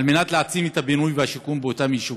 על מנת להעצים את הבינוי והשיכון באותם יישובים.